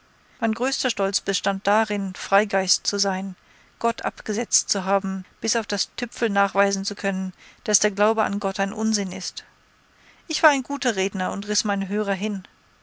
mein größter stolz bestand darin freigeist zu sein gott abgesetzt zu haben bis auf das tüpfel nachweisen zu können daß der glaube an gott ein unsinn ist ich war ein guter redner und riß meine hörer hin